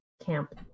Camp